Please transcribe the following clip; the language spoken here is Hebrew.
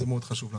זה מאוד חשוב לנו.